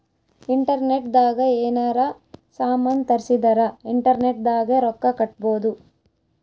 internet ದಾಗ ಯೆನಾರ ಸಾಮನ್ ತರ್ಸಿದರ ಇಂಟರ್ನೆಟ್ ದಾಗೆ ರೊಕ್ಕ ಕಟ್ಬೋದು